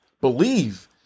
believe